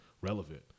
relevant